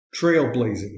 trailblazing